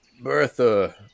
Bertha